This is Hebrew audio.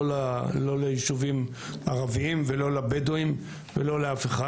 לא ליישובים ערביים ולא לבדואים ולא לאף אחד.